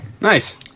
Nice